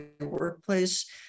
workplace